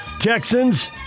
Texans